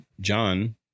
John